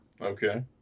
Okay